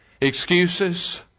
Excuses